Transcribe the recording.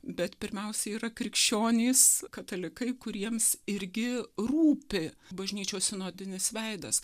bet pirmiausia yra krikščionys katalikai kuriems irgi rūpi bažnyčios sinodinis veidas